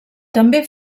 també